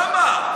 למה?